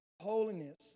holiness